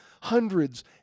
hundreds